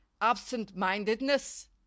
absent-mindedness